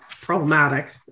problematic